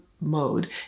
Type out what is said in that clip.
mode